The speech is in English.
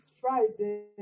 Friday